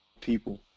people